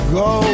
go